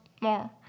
more